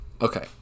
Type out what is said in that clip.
Okay